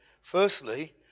Firstly